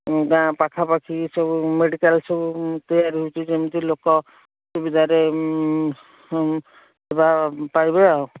ଗାଁ ପାଖାପାଖି ସବୁ ମେଡ଼ିକାଲ ସବୁ ତିଆରି ହେଉଛି ଯେମିତି ଲୋକ ସୁବିଧାରେ ସେବା ପାଇବେ ଆଉ